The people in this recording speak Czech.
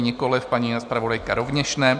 Nikoliv, paní zpravodajka rovněž ne.